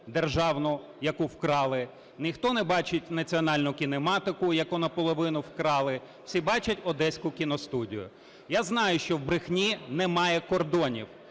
державну, яку вкрали, ніхто не бачить Національну кінематику, яку на половину вкрали, всі бачать Одеську кіностудію. Я знаю, що в брехні немає кордонів,